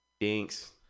Thanks